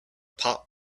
pot